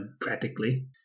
practically